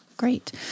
Great